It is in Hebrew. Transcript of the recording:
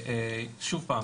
שוב פעם,